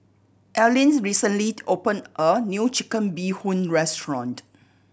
Alleen recently opened a new Chicken Bee Hoon restaurant